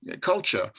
culture